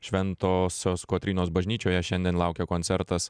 šventosios kotrynos bažnyčioje šiandien laukia koncertas